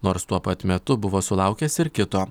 nors tuo pat metu buvo sulaukęs ir kito